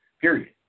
period